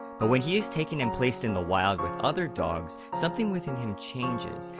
but when he is taken and placed in the wild with other dogs, something within him changes.